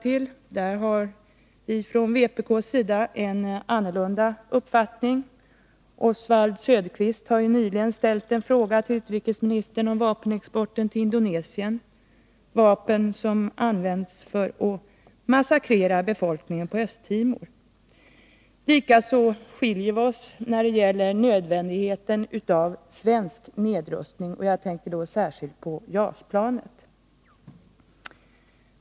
Vpk har här en annan uppfattning än regeringen, och Oswald Söderqvist har nyligen ställt en fråga till utrikesministern om vapenexporten till Indonesien — vapen som används för att massakrera befolkningen på Östtimor. Likaså skiljer sig vår uppfattning från regeringens när det gäller nödvändigheten av svensk nedrustning, och jag tänker då särskilt på JAS-planet.